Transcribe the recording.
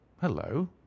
hello